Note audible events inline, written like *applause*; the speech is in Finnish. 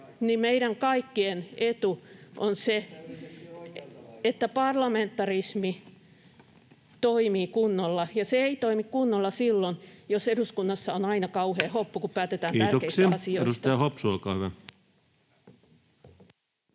meidän kaikkien etu on se, että parlamentarismi toimii kunnolla, ja se ei toimi kunnolla silloin, jos eduskunnassa on aina kauhea hoppu, *noise* kun päätetään tärkeistä asioista. [Leena Meri: Lopusta olin kyllä